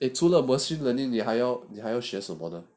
你除了 machine learning the 还要你还要学什么呢